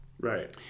Right